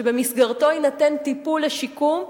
שבמסגרתו יינתן טיפול לשיקום,